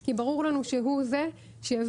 כי ברור לנו שהוא זה שיביא,